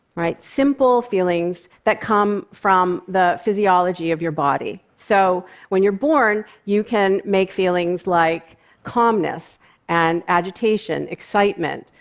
simple feelings that come from the physiology of your body. so when you're born, you can make feelings like calmness and agitation, excitement,